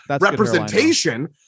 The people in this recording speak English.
representation